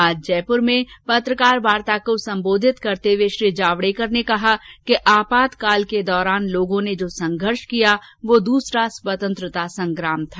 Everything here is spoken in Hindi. आज जयपुर में पत्रकार वार्ता को संबोधित करते हुए श्री जावडेकर ने कहा कि आपातकाल के दौरान लोगों ने जो संघर्ष किया वह दूसरा स्वतंत्रता संग्राम था